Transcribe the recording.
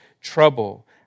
trouble